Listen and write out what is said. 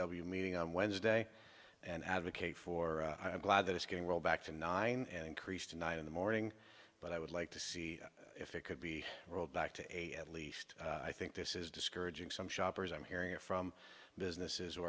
w meeting on wednesday and advocate for i am glad that it's getting rolled back to nine an increase tonight in the morning but i would like to see if it could be rolled back to a at least i think this is discouraging some shoppers i'm hearing from businesses